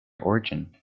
origin